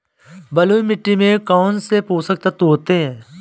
बलुई मिट्टी में कौनसे पोषक तत्व होते हैं?